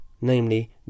Namely